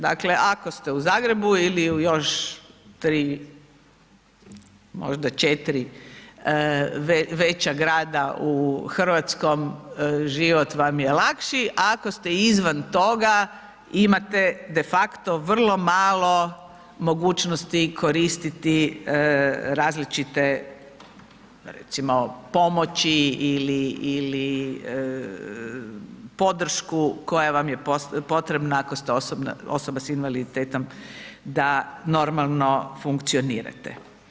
Dakle, ako ste u Zagrebu ili još 3, možda 4 veća grada u Hrvatskom, život vam je lakši, a ako ste izvan toga, imate de facto vrlo malo mogućnosti koristiti različite recimo pomoći ili podršku koja vam je potrebna ako ste osoba s invaliditetom da normalno funkcionirate.